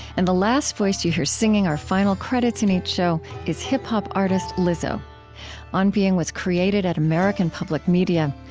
and the last voice that you hear singing our final credits in each show is hip-hop artist lizzo on being was created at american public media.